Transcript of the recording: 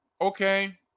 Okay